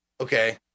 Okay